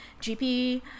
GP